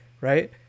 right